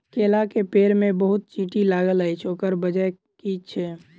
केला केँ पेड़ मे बहुत चींटी लागल अछि, ओकर बजय की छै?